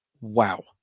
Wow